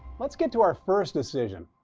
let's get to our first decision,